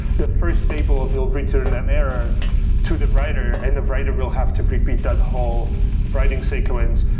the first table will return an error to the writer and the writer will have to repeat that whole writing sequence.